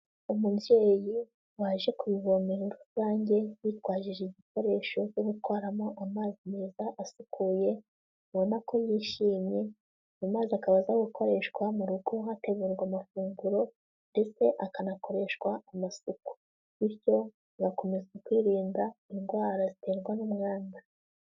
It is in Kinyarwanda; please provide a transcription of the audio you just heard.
Umubyeyi waje ku ivomero rusange yitwajije ibikoresho byo gutwaramo amazi meza asukuye, abona ko yishimye, amazi akaba aza gukoreshwa mu rugo hategurwa amafunguro, ndetse akanakoreshwa amasuku, bityo agakomeza kwirinda indwara ziterwa n'umwanda.